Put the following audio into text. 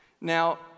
now